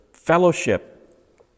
Fellowship